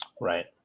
Right